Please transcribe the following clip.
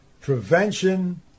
prevention